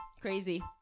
crazy